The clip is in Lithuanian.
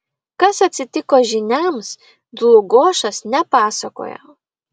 kas atsitiko žyniams dlugošas nepasakoja